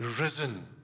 Risen